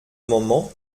moment